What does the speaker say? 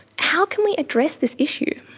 how can we address this issue?